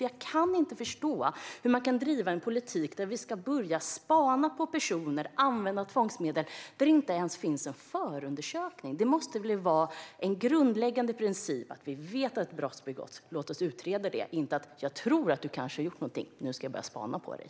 Jag kan inte förstå hur man kan bedriva en politik där vi ska börja spana på personer och använda tvångsmedel när det inte ens finns en förundersökning. När vi vet att ett brott har begåtts måste det vara en grundläggande princip att säga att vi ska utreda det, inte att säga: Jag tror att du kanske har gjort något, och nu ska jag börja spana på dig.